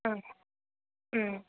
ആ